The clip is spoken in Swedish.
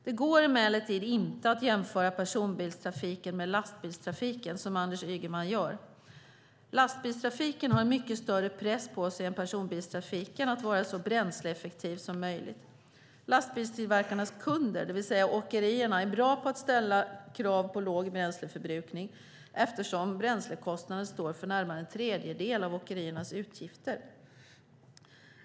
Det går emellertid inte att jämföra personbilstrafiken med lastbilstrafiken, som Anders Ygeman gör. Lastbilstrafiken har en mycket större press på sig än personbilstrafiken att vara så bränsleeffektiv som möjligt. Lastbilstillverkarnas kunder, det vill säga åkerierna, är bra på att ställa krav på låg bränsleförbrukning eftersom bränslekostnaden står för närmare en tredjedel av åkeriernas utgifter.